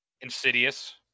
Insidious